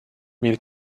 mille